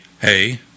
hey